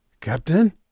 Captain